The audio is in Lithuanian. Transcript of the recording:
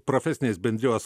profesinės bendrijos